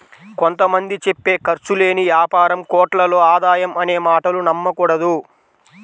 కొంత మంది చెప్పే ఖర్చు లేని యాపారం కోట్లలో ఆదాయం అనే మాటలు నమ్మకూడదు